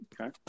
Okay